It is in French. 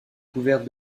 couverte